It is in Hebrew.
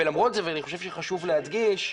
ולמרות זה, ואני חושב שחשוב להדגיש,